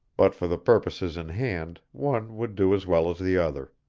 but for the purposes in hand one would do as well as the other.